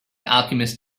alchemist